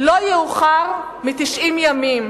לא יאוחר מ-90 ימים,